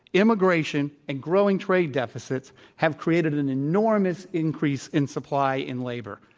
immigration and growing trade deficits have created an enormous increase in supply in labor.